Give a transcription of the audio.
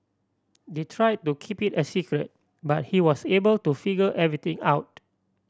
they tried to keep it a secret but he was able to figure everything out